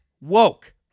woke